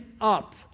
up